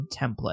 template